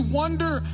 wonder